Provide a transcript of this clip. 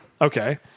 Okay